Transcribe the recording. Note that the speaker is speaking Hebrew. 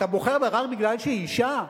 אתה בוחר בה רק מפני שהיא אשה?